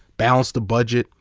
balance the budget,